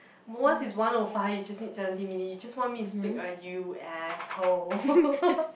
once it's one O five you just need seventeen minute you just want me to speak right you asshole